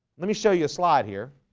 let me show you a slide here